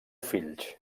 fills